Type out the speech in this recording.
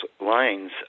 lines